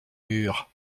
mûres